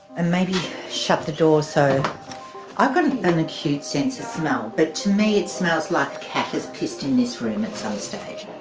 maybe shut the door. so i've got and an acute sense of smell, but to me it smells like a cat has pissed in this room at some stage.